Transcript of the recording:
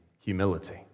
humility